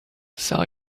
sell